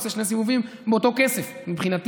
בשעה הוא עושה שני סיבובים, ובאותו כסף מבחינתי.